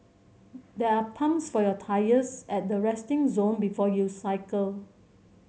there are pumps for your tyres at the resting zone before you cycle